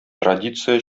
традиция